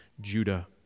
Judah